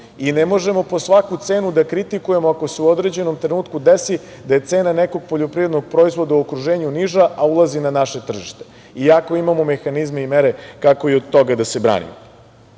Ne možemo po svaku cenu da kritikujemo ako se u određenom trenutku desi da je cena nekog poljoprivrednog proizvoda u okruženju niža, a ulazi na naše tržište, iako imamo mehanizme i mere kako i od toga da se branimo. Ono